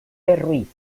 ruiz